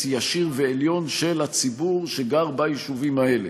ישיר ועליון של הציבור שגר ביישובים האלה,